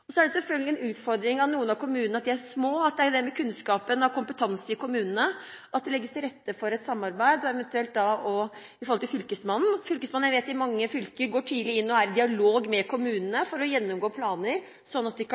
Så er det selvfølgelig en utfordring med hensyn til kunnskap og kompetanse at noen av kommunene er små. Det kan legges til rette for et samarbeid, eventuelt med Fylkesmannen. Jeg vet at Fylkesmannen i mange fylker går tidlig inn og er i dialog med kommunene for å gjennomgå planer, sånn at de